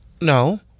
No